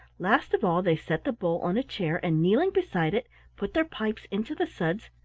last of all they set the bowl on a chair, and kneeling beside it put their pipes into the suds,